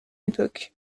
époque